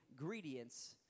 ingredients